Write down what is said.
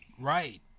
right